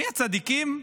מי הצדיקים?